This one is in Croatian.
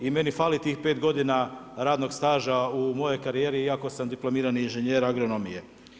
I meni fali tih pet godina radnog staža u mojoj karijeri iako sam diplomirani inženjer agronomije.